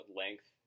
length